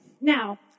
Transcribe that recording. now